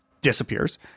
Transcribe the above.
disappears